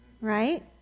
Right